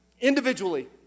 individually